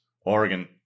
Oregon